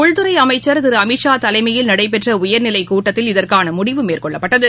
உள்துறை அமைச்சா் திரு அமித்ஷா தலைமையில் நடைபெற்ற உயா்நிலைக் கூட்டத்தில் இதற்கான முடிவு மேற்கொள்ளப்பட்டது